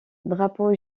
drapeaux